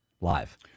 live